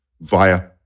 via